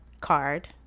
card